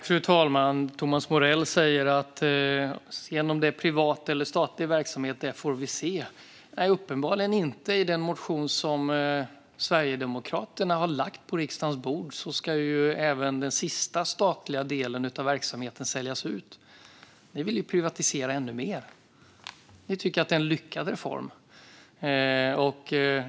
Fru talman! Thomas Morell säger att vi får se om det blir privat eller statlig verksamhet. Uppenbarligen är det inte så - i den motion som Sverigedemokraterna har lagt på riksdagens bord föreslås att även den sista statliga delen av verksamheten säljs ut. Ni vill ju privatisera ännu mer. Ni tycker att det är en lyckad reform.